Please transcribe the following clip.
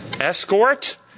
Escort